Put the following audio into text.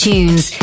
Tunes